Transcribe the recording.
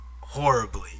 horribly